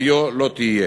היה לא תהיה.